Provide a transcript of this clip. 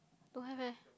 don't have leh